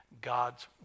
God's